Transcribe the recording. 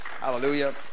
Hallelujah